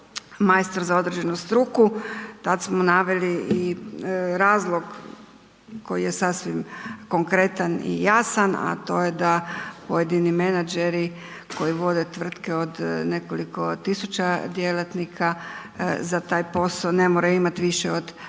majstor za određenu struku, tad smo naveli i razlog koji je sasvim konkretan i jasan a to je da pojedini menadžeri koji vode tvrtke od nekoliko tisuća djelatnika, za taj posao ne moraju imati više od 5 g.